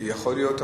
יכול להיות,